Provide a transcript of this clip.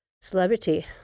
celebrity